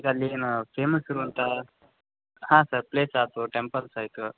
ಈಗ ಅಲ್ಲಿನ ಫೇಮಸ್ ಇರುವಂಥ ಹಾಂ ಸರ್ ಪ್ಲೇಸ್ ಆಯ್ತು ಟೆಂಪಲ್ಸ್ ಆಯ್ತು